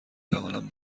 توانم